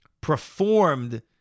performed